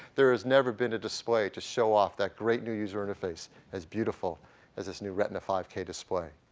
there has never been a display to show off that great new user interface as beautiful as this new retina five k display.